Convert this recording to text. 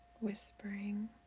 whispering